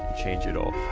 change it all,